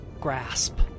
grasp